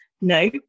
no